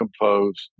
composed